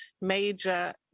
major